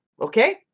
Okay